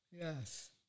Yes